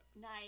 Nice